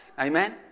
Amen